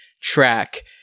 track